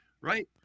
right